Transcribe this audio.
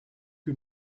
que